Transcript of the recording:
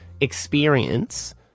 experience